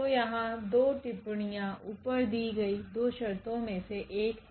तो यहाँ 2 टिप्पणीयां ऊपर दी गई 2 शर्तों में से एक है